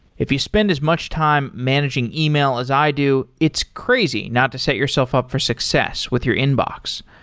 if you spend as much time managing email as i do, it's crazy not to set yourself up for success with your inbox.